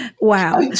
Wow